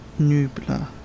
Nubla